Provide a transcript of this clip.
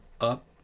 up